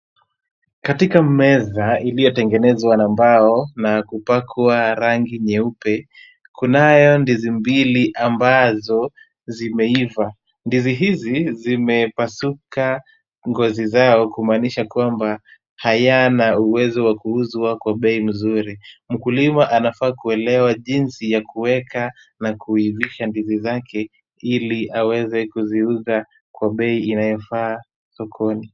Katika meza iliyotengenezwa na mbao na kupakwa rangi nyeupe, kunayo ndizi mbili ambazo zimeiva. Ndizi hizi zimepasuka ngozi zao kumaanisha kwamba hayana uwezo wa kuuzwa kwa bei mzuri. Mkulima anafaa kuelewa jinsi ya kuweka na kuivisha ndizi zake ili aweze kuziuza kwa bei inayofaa sokoni.